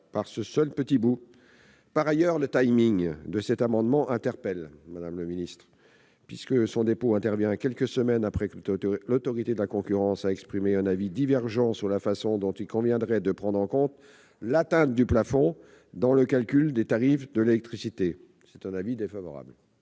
par ce seul angle. Par ailleurs, le du dépôt de cet amendement interpelle, puisqu'il intervient quelques semaines après que l'Autorité de la concurrence a exprimé un avis divergent sur la façon dont il conviendrait de prendre en compte l'atteinte du plafond dans le calcul des tarifs de l'électricité. La commission émet un avis défavorable